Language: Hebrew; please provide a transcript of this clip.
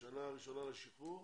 בשנה הראשונה לשחרור,